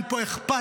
אין פה אכפתיות,